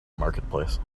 marketplace